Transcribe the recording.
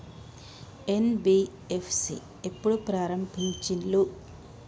NBFC ఎప్పుడు ప్రారంభించిల్లు?